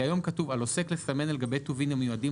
כי היום כתוב: על עוסק לסמן על גבי טובין המיועדים